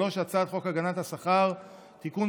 3. הצעת חוק הגנת השכר (תיקון,